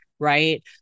right